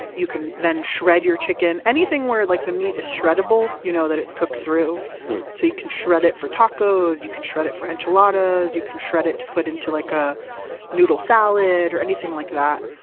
you can then shred your chicken. anything where like the meat is shreddable you know that it's cooked through so you can shred it for tacos, you can shred it for enchiladas. you can shred it to put into like a noodle salad or anything like that.